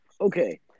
Okay